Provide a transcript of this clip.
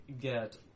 Get